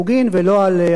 ולא על אדום-לבן,